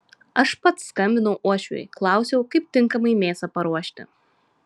aš pats skambinau uošviui klausiau kaip tinkamai mėsą paruošti